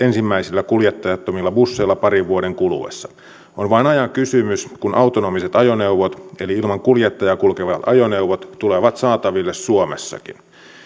ensimmäisillä kuljettajattomilla busseilla parin vuoden kuluessa on vain ajan kysymys kun autonomiset ajoneuvot eli ilman kuljettajaa kulkevat ajoneuvot tulevat saataville suomessakin